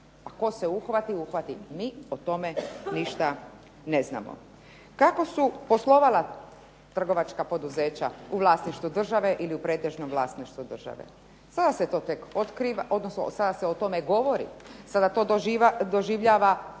tko se uhvati uhvati, mi o tome ništa ne znamo. Kako su poslovala trgovačka poduzeća u vlasništvu države ili pretežnom vlasništvu države, sada se o tome govori, sada to doživljava